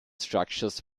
structures